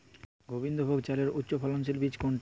গোবিন্দভোগ চালের উচ্চফলনশীল বীজ কোনটি?